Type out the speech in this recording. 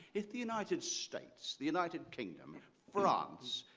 if the united states, the united kingdom, france,